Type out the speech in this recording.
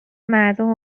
مردم